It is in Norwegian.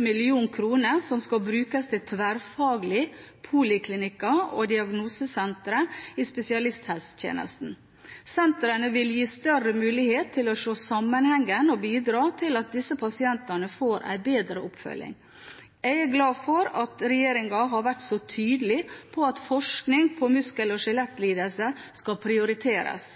mill. kr som skal brukes til tverrfaglige poliklinikker og diagnosesentre i spesialisthelsetjenesten. Sentrene vil gi større mulighet til å se sammenhengen og bidra til at disse pasientene får en bedre oppfølging. Jeg er glad for at regjeringen har vært så tydelig på at forskning på muskel- og skjelettlidelser skal prioriteres,